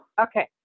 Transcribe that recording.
Okay